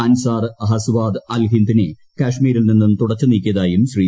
അൻസാർ ഗസ്വാദ് അൽ ഹിന്ദിനെ കാശ്മീരിൽ നിന്നും തുടച്ചു നീക്കിയതായും ശ്രീ